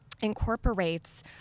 incorporates